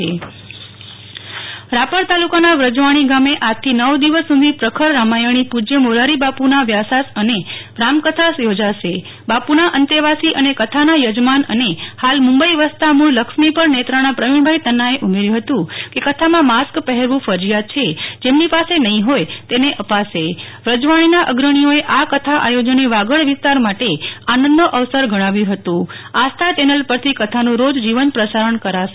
નેહલ ઠક્કર વ્રજવાણી કથા રાપર તાલુકાના વ્રજવાણી ગામે આજથી નવ દિવસ સુ ધી પ્રખર રામાયણી પ્ર મોરારિ બાપુના વ્યાસાસને રામકથા ચોજાશેબાપુના અંતેવાસી અને કથાના યજમાન અને હાલ મુંબઇ વસતા મૂ ળ લક્ષ્મીપર નેત્રાના પ્રવીણભાઇ તન્નાએ ઉમેર્યું હતું કે કથામાં માસ્ક પહેરવા ફરજિયાત છે જેમની પાસે નહીં હોય તેને અપાશે વ્રજવાણીના અગ્રણીઓએ આ કથા આયોજનને વાગડ વિસ્તાર માટે આનંદનો અવસર ગણાવ્યું હતું આસ્થા ચેનલ પરથી કથાનું રોજ જીવંત પ્રસારણ કરાશે